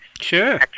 Sure